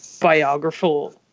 biographical